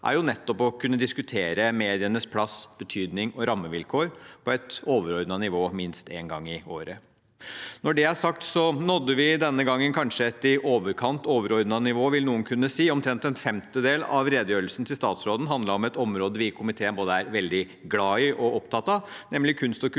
er nettopp å kunne diskutere medienes plass, betydning og rammevilkår på et overordnet nivå, minst en gang i året. Når det er sagt, nådde vi denne gangen kanskje et i overkant overordnet nivå, vil noen kunne si. Omtrent en femtedel av redegjørelsen til statsråden handlet om et område vi i komiteen er veldig både glade i og opptatte av, nemlig kunst- og kulturpolitikken,